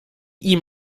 ihm